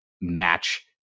match